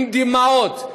בדמעות,